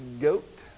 goat